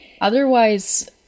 Otherwise